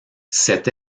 cette